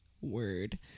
word